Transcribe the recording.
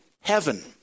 heaven